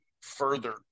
further